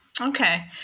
okay